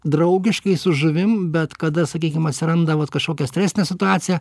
draugiškai su žuvim bet kada sakykim atsiranda vat kažkokia stresinė situacija